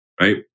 Right